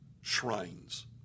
shrines